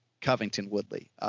Covington-Woodley